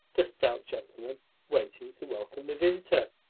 the stout gentleman waiting to welcome the visitor.